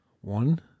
One